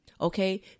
Okay